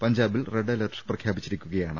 പഞ്ചാബിൽ red alert പ്രഖ്യാപിച്ചിരിക്കുകയാണ്